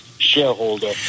Shareholder